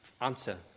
answer